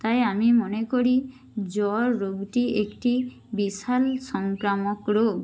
তাই আমি মনে করি জ্বর রোগটি একটি বিশাল সংক্রামক রোগ